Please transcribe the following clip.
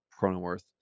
Cronenworth